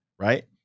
right